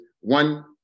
one